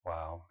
Wow